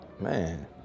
Man